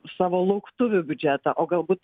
savo lauktuvių biudžetą o galbūt